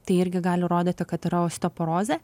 tai irgi gali rodyti kad yra osteoporozė